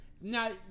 Now